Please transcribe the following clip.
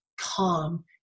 calm